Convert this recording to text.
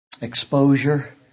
exposure